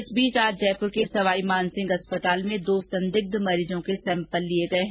इस बीच आज जयपूर के सवाई मानसिंह अस्पताल में दो संदिग्ध मरीजों के सैम्पल लिए गए हैं